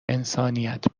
انسانیت